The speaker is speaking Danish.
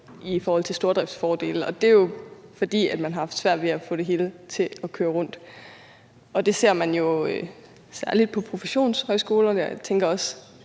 fordi der er stordriftsfordele og man har haft svært ved at få det hele til at køre rundt. Og det ser man jo særlig på professionshøjskolerne, og jeg tænker også